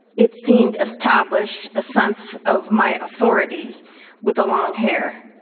it seemed, establish a sense of my authority with the long hair.